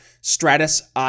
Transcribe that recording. Stratus